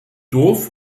dorf